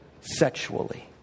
sexually